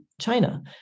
China